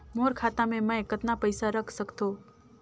मोर खाता मे मै कतना पइसा रख सख्तो?